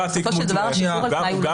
בסופו של דבר השחרור על תנאי הוא זכות.